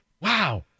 Wow